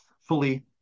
fully